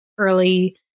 Early